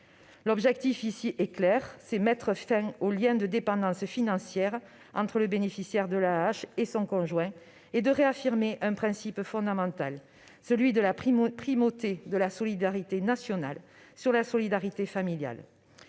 L'objectif est clair : mettre fin au lien de dépendance financière entre le bénéficiaire de l'AAH et son conjoint et réaffirmer un principe fondamental, celui de la primauté de la solidarité nationale sur la solidarité familiale.